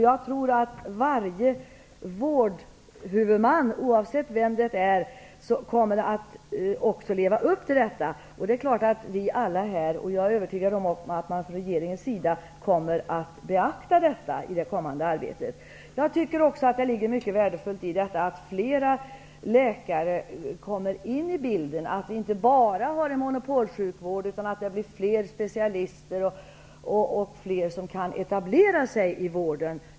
Jag tror att varje vårdhuvudman -- oavsett vem det är -- kommer att leva upp till detta. Jag är också övertygad om att man från regeringens sida kommer att beakta detta i det kommande arbetet. Det är mycket värdefullt att flera läkare kommer in i bilden. Det är värdefullt att vi inte bara har en monopolsjukvård utan att det blir flera specialister och att flera kan etablera sig i vården.